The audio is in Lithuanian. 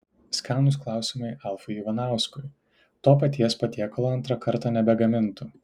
skanūs klausimai alfui ivanauskui to paties patiekalo antrą kartą nebegamintų